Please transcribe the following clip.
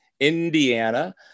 Indiana